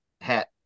hat